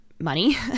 money